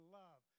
love